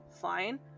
fine